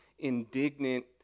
indignant